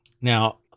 Now